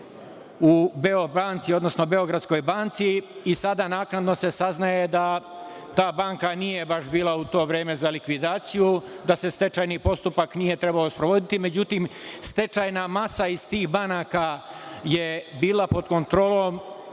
u „Beobanci“, odnosno Beogradskoj banci i sada naknadno se saznaje da ta banka nije baš bila u to vreme za likvidaciju, da se stečajni postupak nije trebao sprovoditi. Međutim, stečajna masa iz tih banaka je bila pod kontrolom